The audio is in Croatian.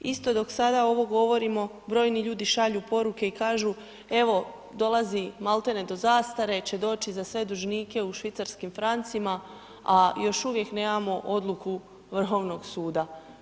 Isto dok sada ovo govorimo, brojni ljudi šalju poruke i kažu evo dolazi malti ne do zastare će doći za sve dužnike u švicarskim francima još uvijek nemamo odluku Vrhovnog suda.